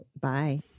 Bye